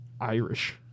Irish